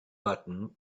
button